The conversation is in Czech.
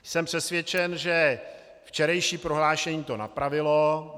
Jsem přesvědčen, že včerejší prohlášení to napravilo.